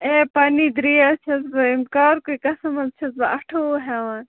اَے پنٕنی درٛے حظ چھَس بہٕ ییٚمہِ کارکُے قَسم حظ چھَس بہٕ اَٹھووُہ ہٮ۪وان